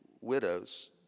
widows